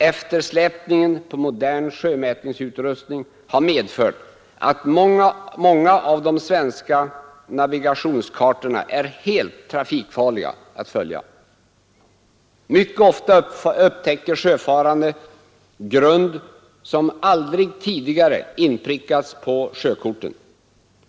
Eftersläpningen i fråga om modern sjömätningsutrustning har medfört att många av de svenska navigationskartorna är helt trafikfarliga att följa. Mycket ofta upptäcker sjöfarande grund som aldrig tidigare inprickats på sjökorten.